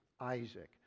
Isaac